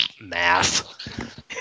math